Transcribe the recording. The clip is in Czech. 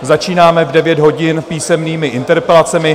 Začínáme v 9 hodin písemnými interpelacemi.